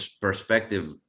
perspective